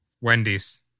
Wendy's